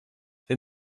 they